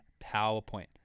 PowerPoint